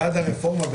בעד הרפורמה.